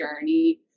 journey